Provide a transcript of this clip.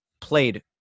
played